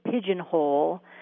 pigeonhole